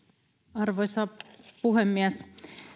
arvoisa puhemies